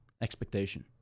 expectation